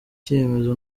cyemezo